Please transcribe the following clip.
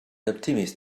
optimist